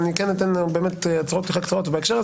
לדעתי, המשפט הזה